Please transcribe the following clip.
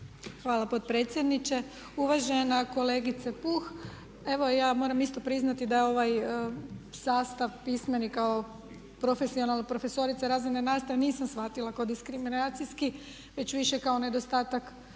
Hvala potpredsjedniče. Uvažena kolegice Puh, evo ja moram isto priznati da je ovaj sastav pismeni kao profesorica razredne nastave nisam shvatila kao diskriminacijski već više kao nedostatak